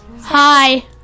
Hi